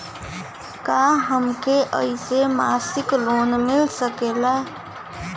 का हमके ऐसे मासिक लोन मिल सकेला?